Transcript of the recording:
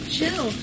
Chill